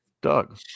Doug